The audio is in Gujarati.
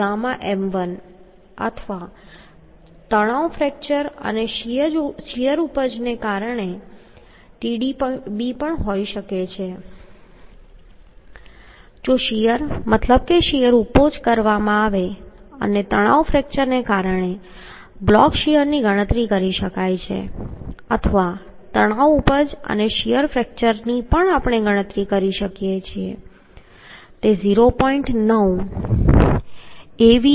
9Atnfuɣm1 અથવા તણાવ ફ્રેક્ચર અને શીયર ઉપજને કારણે Tdb પણ હોઈ શકે છે જો શીયર મતલબ કે શીયર ઉપજ કરવામાં આવે તો અને તણાવ ફ્રેક્ચરને કારણે બ્લોક શીયરની ગણતરી કરી શકાય છે અથવા તણાવ ઉપજ અને શીયર ફ્રેક્ચરની પણ આપણે ગણતરી કરી શકીએ છીએ કે તે 0